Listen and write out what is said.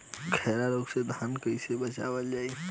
खैरा रोग से धान कईसे बचावल जाई?